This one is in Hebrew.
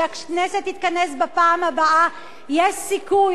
כשהכנסת תתכנס בפעם הבאה יש סיכוי,